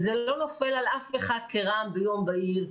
זה לא נופל על אף אחד כרעם ביום בהיר,